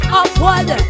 upward